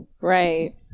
Right